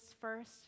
first